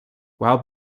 while